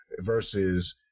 versus